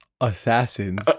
assassins